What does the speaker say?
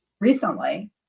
Recently